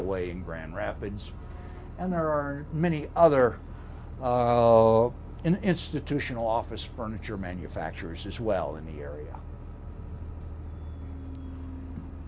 away in grand rapids and there are many other institutional office furniture manufacturers as well in the area